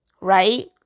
right